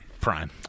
Prime